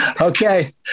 okay